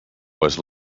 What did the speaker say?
was